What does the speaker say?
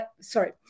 Sorry